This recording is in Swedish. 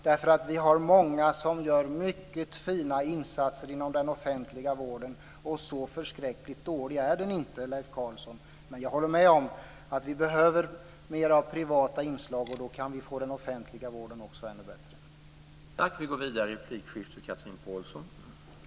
Det är många som gör mycket fina insatser inom den offentliga vården, och så förskräckligt dålig är den inte. Men jag håller med om att det behövs mer privata inslag, och då kan den offentliga vården också bli ännu bättre.